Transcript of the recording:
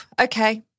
Okay